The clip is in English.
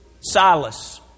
Silas